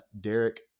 Derek